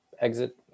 Exit